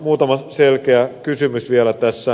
muutama selkeä kysymys vielä tässä